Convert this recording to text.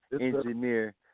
engineer